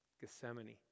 Gethsemane